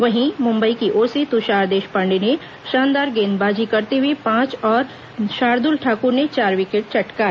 वहीं मुंबई की ओर से तुषार देशपांडे ने शानदार गेंदबाजी करते हुए पांच और शार्दुल ठाकुर ने चार विकेट चटकाए